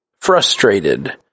frustrated